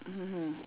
mmhmm hmm